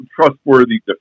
trustworthy